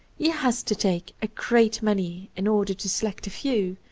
he has to take a great many in order to select a few,